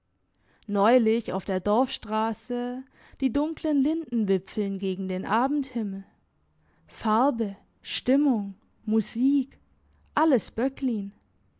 neulich auf der dorfstrasse die dunklen lindenwipfeln gegen den abendhimmel farbe stimmung musik alles böcklin